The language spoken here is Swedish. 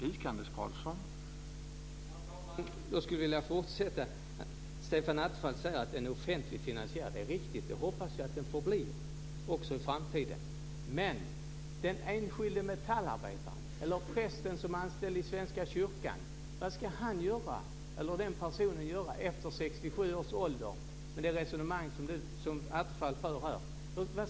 Herr talman! Jag skulle vilja fortsätta där. Stefan Attefall säger att det är en offentlig finansiering. Det är riktigt, och jag hoppas att den så kan förbli också i framtiden. Men vad ska den enskilde metallarbetaren eller prästen som är anställd i Svenska kyrkan göra efter 67 års ålder med det resonemang som Attefall för här?